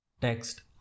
Text